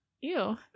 Ew